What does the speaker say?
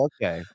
Okay